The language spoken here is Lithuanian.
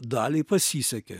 daliai pasisekė